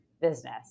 business